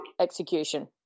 execution